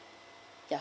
ya